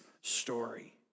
story